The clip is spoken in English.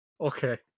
Okay